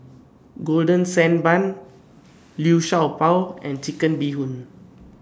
Golden Sand Bun Liu Sha Bao and Chicken Bee Hoon